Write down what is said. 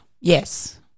yes